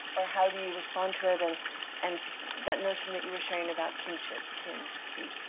or how do you respond to it, and and that notion that you were sharing about kinship, kin, key?